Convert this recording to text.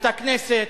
את הכנסת,